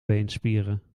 beenspieren